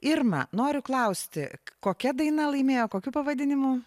irma noriu klausti kokia daina laimėjo kokiu pavadinimu